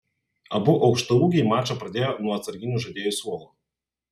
abu aukštaūgiai mačą pradėjo nuo atsarginių žaidėjų suolo